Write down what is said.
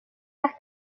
las